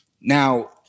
Now